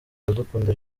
iradukunda